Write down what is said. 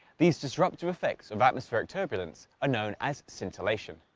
these disruptive effects of atmospheric turbulence are known as scintillation.